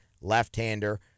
left-hander